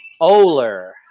Oler